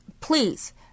please